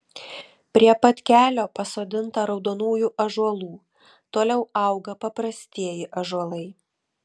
prie pat kelio pasodinta raudonųjų ąžuolų toliau auga paprastieji ąžuolai